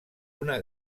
una